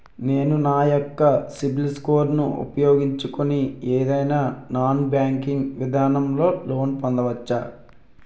నేను నా యెక్క సిబిల్ స్కోర్ ను ఉపయోగించుకుని ఏదైనా నాన్ బ్యాంకింగ్ విధానం లొ లోన్ పొందవచ్చా?